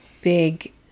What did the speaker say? big